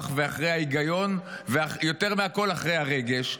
ואחרי ההיגיון ויותר מהכול אחרי הרגש,